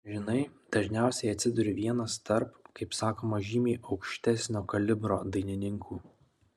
žinai dažniausiai atsiduri vienas tarp kaip sakoma žymiai aukštesnio kalibro dainininkų